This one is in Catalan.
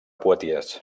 poitiers